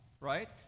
right